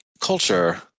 culture